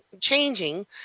changing